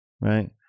right